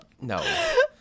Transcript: no